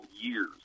years